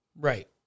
Right